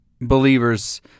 believers